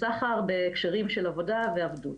וסחר בקשרים של עבודה ועבדות.